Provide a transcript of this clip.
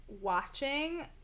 watching